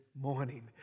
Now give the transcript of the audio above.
morning